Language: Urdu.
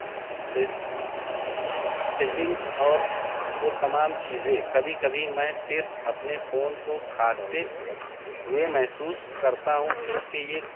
سیٹ سیٹنگس اور وہ تمام چیزیں کبھی کبھی میں صرف اپنے فون کو کھاتے ہوئے محسوس کرتا ہوں کیونکہ یہ